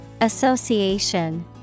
Association